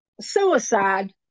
suicide